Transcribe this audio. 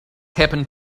happened